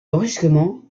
brusquement